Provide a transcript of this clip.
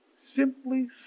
simply